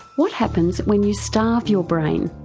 what happens when you starve your brain?